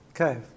Okay